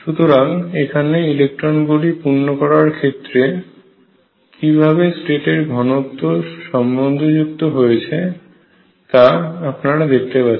সুতরাং এখানে ইলেকট্রনগুলি পূর্ণ করার ক্ষেত্রে কিভাবে স্টেট এর ঘনত্ব সম্বন্ধযুক্ত হচ্ছে তা আপনারা দেখতে পাচ্ছেন